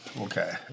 Okay